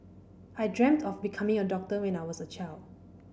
I dreamt of becoming a doctor when I was a child